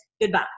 Goodbye